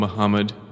Muhammad